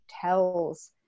tells